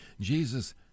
Jesus